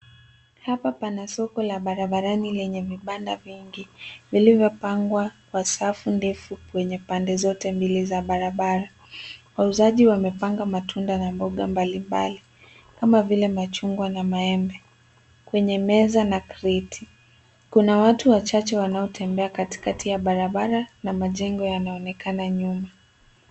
Hapa pana soko la barabarani lenye vibanda vingi vilivyopangwa kwa safu ndefu kwenye pande zote mbili za barabara. Wauzaji wamepanga matunda na mboga mbalimbali kama vile machungwa na maembe kwenye meza na kreti. Kuna watu wachache wanaotembea katikati ya barabara na majengo yanaonekana nyuma.